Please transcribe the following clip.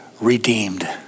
redeemed